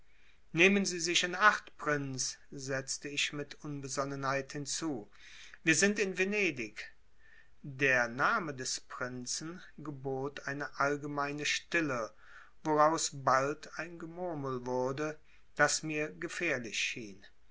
nehmen sie sich in acht prinz setzte ich mit unbesonnenheit hinzu wir sind in venedig der name des prinzen gebot eine allgemeine stille woraus bald ein gemurmel wurde das mir gefährlich schien